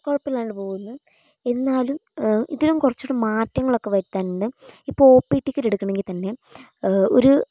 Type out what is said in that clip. കുഴപ്പമില്ലാണ്ട് പോകുന്നു എന്നാലും ഇതിലും കുറച്ചുകൂടി മാറ്റങ്ങൾ ഒക്കെ വരുത്താനുണ്ട് ഇപ്പോൾ ഒ പി ടിക്കറ്റ് എടുക്കേണ്ടെങ്കിൽത്തന്നെ ഒരു